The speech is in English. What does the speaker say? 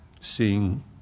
seeing